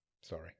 Sorry